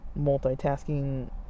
multitasking